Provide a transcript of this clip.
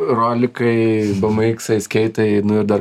rolikai bm iksai skeitai nu ir dar